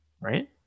Right